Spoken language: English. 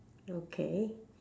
okay